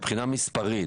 מבחינה מספרית.